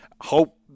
Hope